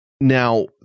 now